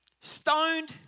stoned